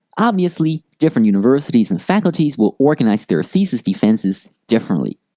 obviously, different universities and faculties will organize their thesis defenses differently.